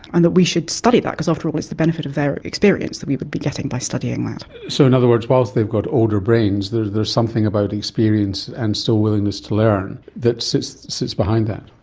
and that we should study that, because after all it's the benefit of their experience that we would be getting by studying that. so in other words, whilst they've got older brains, there's there's something about experience and still willingness to learn that sits sits behind that.